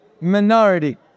minority